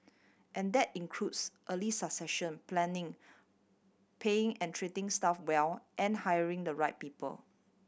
and that includes early succession planning paying and treating staff well and hiring the right people